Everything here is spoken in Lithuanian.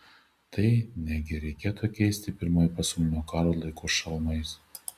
tai negi reikėtų keisti pirmojo pasaulinio karo laikų šalmais